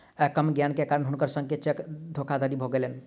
कम ज्ञान के कारण हुनकर संग चेक धोखादड़ी भ गेलैन